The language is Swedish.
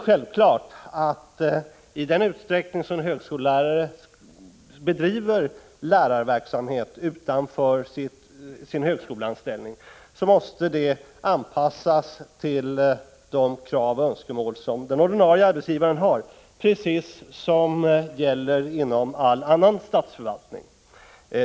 Självfallet måste omfattningen av högskolelärarnas lärarverksamhet utanför sin högskoleanställning anpassas till de krav och önskemål som den ordinarie arbetsgivaren har, precis som inom all annan statsförvaltning.